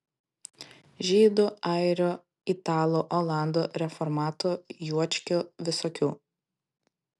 žydų airių italų olandų reformatų juočkių visokių